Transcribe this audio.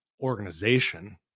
organization